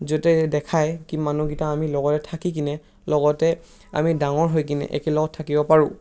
য'তে দেখায় কি মানুহকেইটা আমি লগতে থাকি কিনে লগতে আমি ডাঙৰ হৈ কিনে আমি একেলগত থাকিব পাৰোঁ